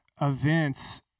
events